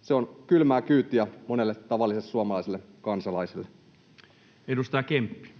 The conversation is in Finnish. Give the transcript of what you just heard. Se on kylmää kyytiä monelle tavalliselle suomalaiselle kansalaiselle. Edustaja Kemppi.